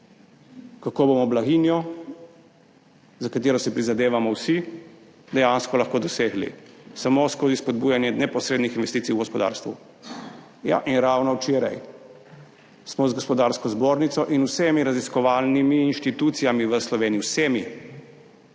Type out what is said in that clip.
kako bomo blaginjo, za katero si prizadevamo vsi, dejansko lahko dosegli samo skozi spodbujanje neposrednih investicij v gospodarstvu. Ja, in ravno včeraj smo z Gospodarsko zbornico in vsemi raziskovalnimi inštitucijami v Sloveniji, vsemi,